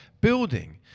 building